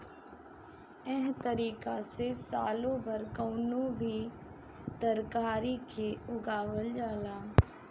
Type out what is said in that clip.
एह तारिका से सालो भर कवनो भी तरकारी के उगावल जाला